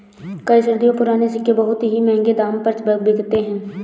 कई सदियों पुराने सिक्के बहुत ही महंगे दाम पर बिकते है